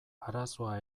arazoa